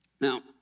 Now